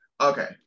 Okay